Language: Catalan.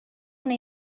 una